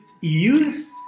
use